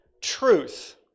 truth